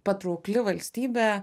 patraukli valstybė